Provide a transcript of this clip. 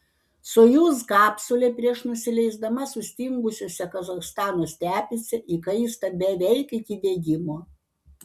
sojuz kapsulė prieš nusileisdama sustingusiose kazachstano stepėse įkaista beveik iki degimo